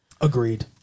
Agreed